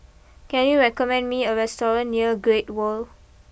can you recommend me a restaurant near Great World